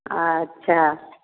अच्छा